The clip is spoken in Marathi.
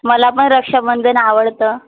मला पण रक्षाबंधन आवडतं